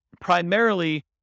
primarily